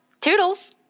toodles